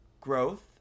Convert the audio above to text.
growth